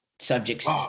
subjects